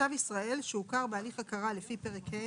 - תושב ישראל שהוכר בהליך הכרה לפי פרק ה',